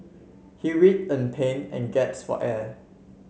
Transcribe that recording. he writhed in pain and gaps for air